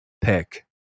pick